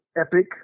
epic